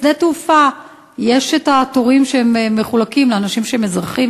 בשדה-תעופה יש תורים שמחולקים לאנשים שהם אזרחים,